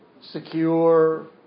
secure